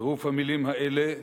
צירוף המלים האלה,